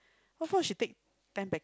what for she take ten packet